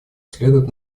следует